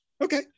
Okay